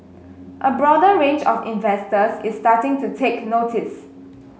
a broader range of investors is starting to take notice